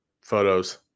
photos